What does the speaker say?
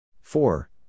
Four